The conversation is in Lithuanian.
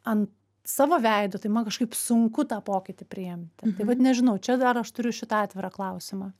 an savo veido tai man kažkaip sunku tą pokytį priimti tai vat nežinau čia dar aš turiu šitą atvirą klausimą